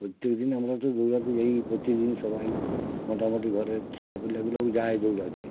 প্রত্যেক দিন আমরা তো দৌড়তে যাই প্রতি দিন সবাই মোটামুটি ঘরের ছেলেপুলেগুলাও যায় দৌড়াতে